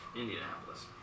Indianapolis